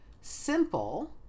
Simple